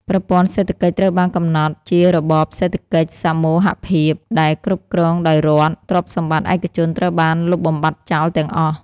ប្រព័ន្ធសេដ្ឋកិច្ចត្រូវបានកំណត់ជារបប សេដ្ឋកិច្ចសមូហភាព ដែលគ្រប់គ្រងដោយរដ្ឋ ទ្រព្យសម្បត្តិឯកជនត្រូវបានលុបបំបាត់ចោលទាំងអស់។